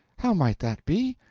how might that be?